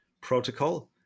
protocol